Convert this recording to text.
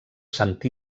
sant